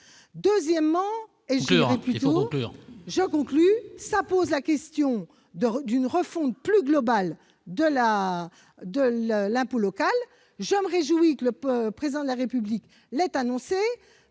collègue ! Cela pose la question d'une refonte plus globale de l'impôt local ; je me réjouis que le Président de la République l'ait annoncée.